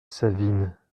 savine